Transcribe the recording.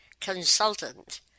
consultant